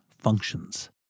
functions